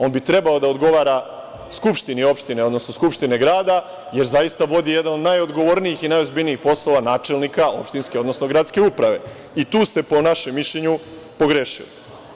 On bi trebao da odgovara skupštini opštine, odnosno skupštini grada, jer zaista vodi jedan od najodgovornijih i najozbiljnijih poslova načelnika opštinske, odnosno gradske uprave i tu ste, po našem mišljenju, pogrešili.